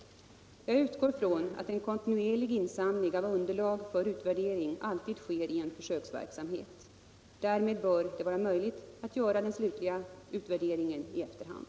Jag utgår från att en kontinuerlig insamling av underlag för utvärdering alltid sker i en försöksverksamhet. Därmed bör det vara möjligt att göra den slutliga utvärderingen i efterhand.